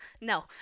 No